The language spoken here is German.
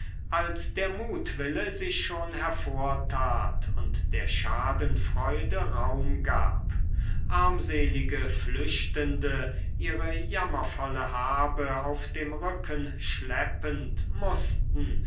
als der mutwille sich schon hervortat und der schadenfreude raum gab armselige flüchtende ihre jammervolle habe auf dem rücken schleppend mußten